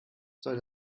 soll